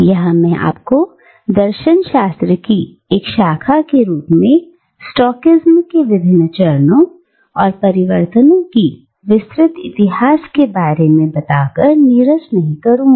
यहां मैं आपको दर्शनशास्त्र की एक शाखा के रूप में स्टोकिज्म के विभिन्न चरणों और परिवर्तनों की विस्तृत इतिहास के बारे में बता कर नीरस नहीं करूंगा